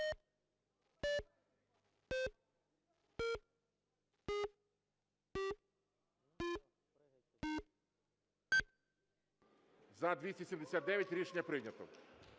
За-279 Рішення прийнято.